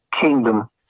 kingdom